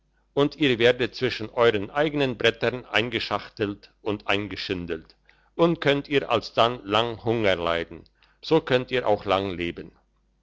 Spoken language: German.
und ihr werdet zwischen euren eigenen brettern eingeschachtelt und eingeschindelt und könnt ihr alsdann lang hunger leiden so könnt ihr auch lang leben